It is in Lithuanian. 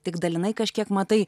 tik dalinai kažkiek matai